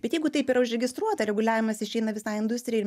bet jeigu taip yra užregistruota reguliavimas išeina visai industrijai ir